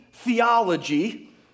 theology